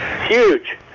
Huge